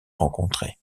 rencontrés